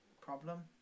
problem